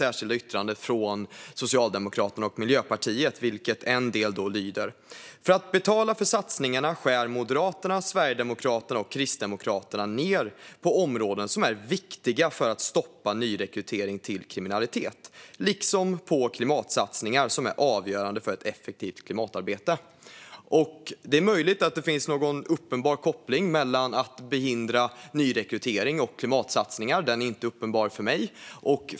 Låt mig citera ur Socialdemokraternas och Miljöpartiets särskilda yttrande: "För att betala för satsningarna skär Moderaterna, Sverigedemokraterna och Kristdemokraterna ner på områden som är viktiga för att stoppa nyrekryteringen till kriminalitet, liksom på klimatsatsningar som är avgörande för ett effektivt klimatarbete." Det är möjligt att det finns någon uppenbar koppling mellan att förhindra nyrekrytering och att göra klimatsatsningar. Den är inte uppenbar för mig.